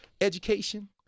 Education